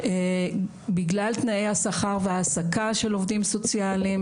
בגלל תנאי השכר וההעסקה של עובדים סוציאליים,